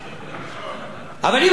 אבל אם אני הייתי יושב-ראש ועדת הכספים,